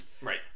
right